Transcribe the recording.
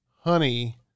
honey